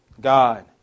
God